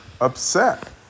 upset